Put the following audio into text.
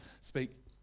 speak